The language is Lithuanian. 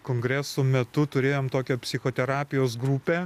kongreso metu turėjome tokią psichoterapijos grupę